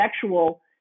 sexual